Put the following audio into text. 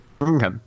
Okay